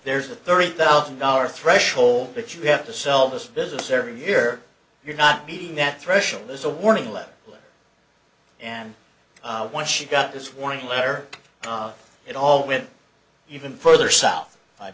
there's a thirty thousand dollar threshold that you have to sell this business every year you're not meeting that threshold there's a warning letter and when she got this warning letter it all went even further south i